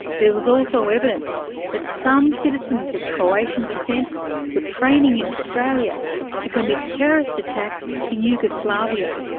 there was also evidence that some citizens of croatian descent were training in australia to commit terrorist attacks in yugoslavia.